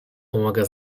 pomaga